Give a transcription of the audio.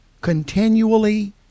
continually